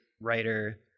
writer